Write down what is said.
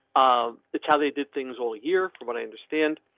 um that's how they did things all year. from what i understand,